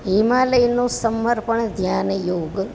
હિમાલયનું સમર્પણ ધ્યાનયોગ